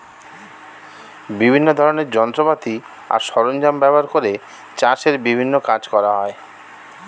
বিভিন্ন ধরনের যন্ত্রপাতি আর সরঞ্জাম ব্যবহার করে চাষের বিভিন্ন কাজ করা হয়